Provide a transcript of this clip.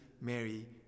Mary